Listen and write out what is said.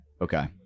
Okay